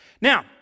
Now